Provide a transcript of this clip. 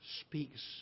speaks